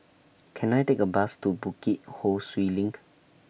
Can I Take A Bus to Bukit Ho Swee LINK